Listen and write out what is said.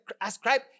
ascribe